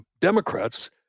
Democrats